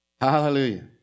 Hallelujah